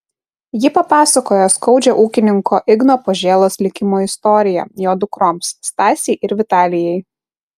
ji papasakojo skaudžią ūkininko igno požėlos likimo istoriją jo dukroms stasei ir vitalijai